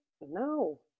No